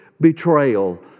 betrayal